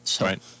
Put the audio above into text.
Right